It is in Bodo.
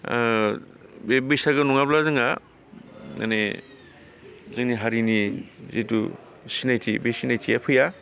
ओ बे बैसागो नङाब्ला जोंहा माने जोंनि हारिनि जिहेथु सिनायथि बे सिनायथिया फैया